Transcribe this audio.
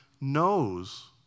knows